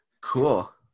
Cool